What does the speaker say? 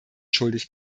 schuldig